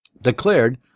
declared